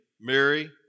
Mary